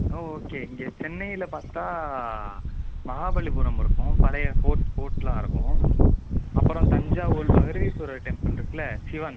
ஆ okay இங்கே சென்னையில் பார்த்தா மகாபலிபுரம் இருக்கும் பழைய ஃபோர்ட் ஃபோர்ட்டுலாம் இருக்கும் அப்புறம் தஞ்சாவூர் பிரகதீஸ்வரர் டெம்புள் இருக்குதுல்ல சிவன்